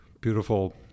beautiful